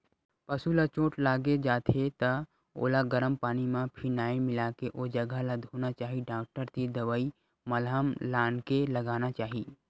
पसु ल चोट लाग जाथे त ओला गरम पानी म फिनाईल मिलाके ओ जघा ल धोना चाही डॉक्टर तीर दवई मलहम लानके लगाना चाही